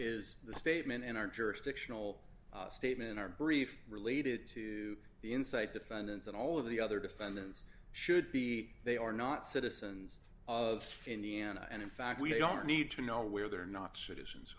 is the statement in our jurisdictional statement our brief related to the inside defendants and all of the other defendants should be they are not citizens of indiana and in fact we don't need to know where they are not citizens